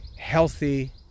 healthy